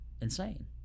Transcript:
insane